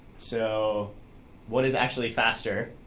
so what is actually faster,